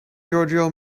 giorgio